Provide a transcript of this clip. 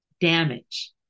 damage